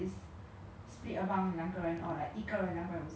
两个人两百五十所以一个人大概一百多块而已